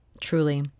truly